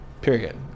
Period